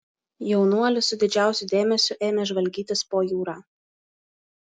jaunuolis su didžiausiu dėmesiu ėmė žvalgytis po jūrą